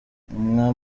mwa